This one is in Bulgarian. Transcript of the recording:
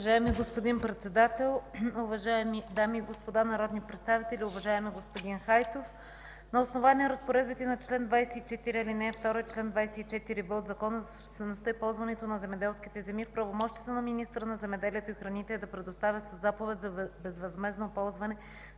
Уважаеми господин Председател, уважаеми дами и господа народни представители, уважаеми господин Хайтов! На основание разпоредбите на чл. 24, ал. 2 и чл. 24б от Закона за собствеността и ползването на земеделските земи, в правомощията на министъра на земеделието и храните е да предоставя със заповед за безвъзмездно ползване